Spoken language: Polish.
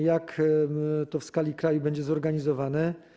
Jak to w skali kraju będzie zorganizowane?